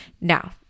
Now